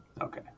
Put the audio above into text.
Okay